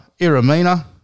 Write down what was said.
Iramina